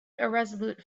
irresolute